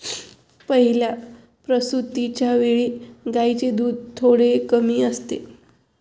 पहिल्या प्रसूतिच्या वेळी गायींचे दूध थोडे कमी असते